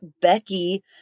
Becky